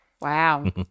Wow